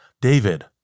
David